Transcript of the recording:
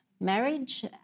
marriage